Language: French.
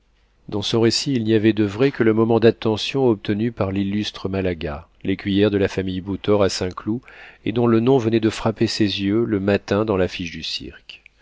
dans son récit il n'y avait de vrai que le moment d'attention obtenu par l'illustre malaga l'écuyère de la famille bouthor à saint-cloud et dont le nom venait de frapper ses yeux le matin dans l'affiche du cirque